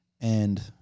And-